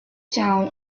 town